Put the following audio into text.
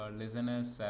listeners